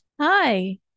Hi